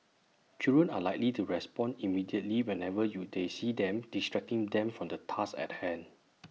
children are likely to respond immediately whenever you they see them distracting them from the task at hand